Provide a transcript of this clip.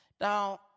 Now